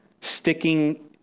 Sticking